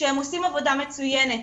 שעושים עבודה מצוינת,